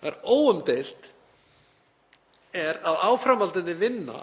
Það er óumdeilt að áframhaldandi vinna